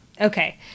Okay